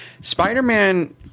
spider-man